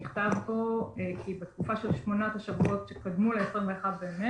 נכתב בו כי בתקופה של שמונת השבועות שקדמו ל-21 במרס,